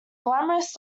glamorous